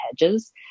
hedges